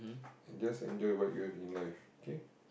and just enjoy what you have in life okay